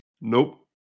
Nope